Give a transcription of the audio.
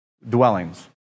Dwellings